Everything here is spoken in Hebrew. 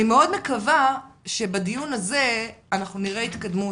ואני מאוד מקווה שבדיון הזה אנחנו נראה התקדמות.